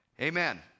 Amen